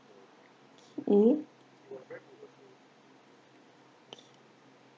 okay